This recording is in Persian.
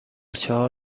چهار